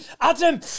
Adam